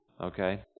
okay